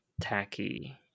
tacky